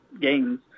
games